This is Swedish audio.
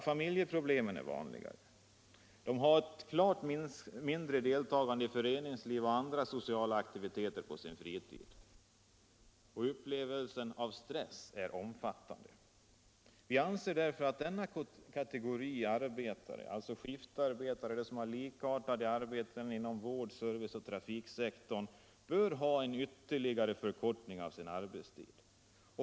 Familjeproblem är vanliga, de har ett klart mindre deltagande i föreningsliv och andra sociala aktiviteter på sin fritid och upplevelsen av stress är omfattande. Vi anser därför att denna kategori arbetare — alltså skiftarbetare och de som har liknande arbeten inom vård-, serviceoch trafiksektorerna — bör ha en ytterligare förkortning av sin arbetstid.